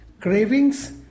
cravings